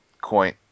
coin